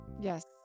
Yes